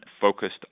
focused